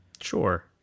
sure